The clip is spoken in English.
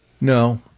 No